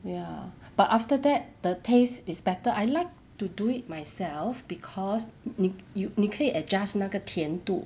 ya but after that the taste is better I like to do it myself because 你你可以 adjust 那个甜度